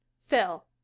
Phil